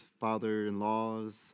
father-in-laws